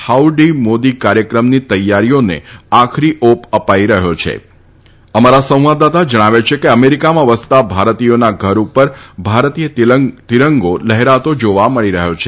howdy Modi કાર્યક્રમની તૈયારીઓને આખરી ઓપ અપાઈ રહ્યો છે અમારા સંવાદદાતા જણાવે છે કે અમેરિકામાં વસતા ભારતીયોના ધર ઉપર ભારતીય તિરંગો લહેરાતો જાવા મળી રહ્યો છે